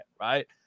right